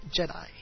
Jedi